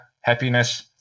happiness